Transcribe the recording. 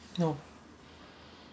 no